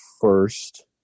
first